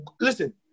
listen